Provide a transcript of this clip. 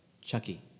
Chucky